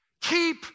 Keep